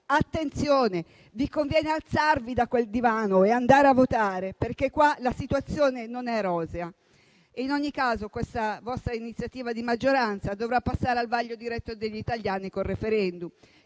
attenzione, vi conviene alzarvi da quel divano e andare a votare, perché qua la situazione non è rosea. In ogni caso, questa vostra iniziativa di maggioranza dovrà passare al vaglio diretto degli italiani con un *referendum.*